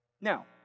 Now